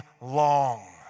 long